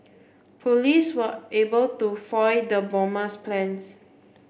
police were able to foil the bomber's plans